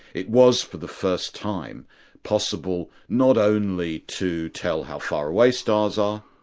it was the first time possible not only to tell how far away stars are,